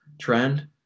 trend